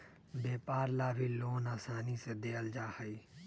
व्यापार ला भी लोन आसानी से देयल जा हई